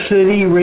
City